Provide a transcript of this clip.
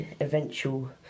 eventual